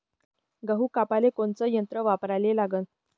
गहू कापाले कोनचं यंत्र वापराले लागन?